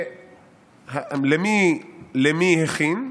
למי הכין?